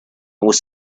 was